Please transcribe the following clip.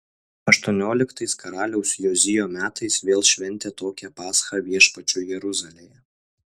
aštuonioliktais karaliaus jozijo metais vėl šventė tokią paschą viešpačiui jeruzalėje